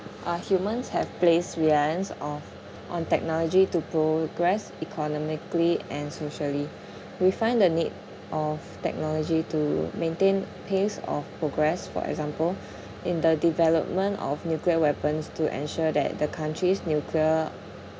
uh humans have placed reliance of on technology to progress economically and socially we find the need of technology to maintain the pace of progress for example in the development of nuclear weapons to ensure that the country's nuclear